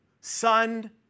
son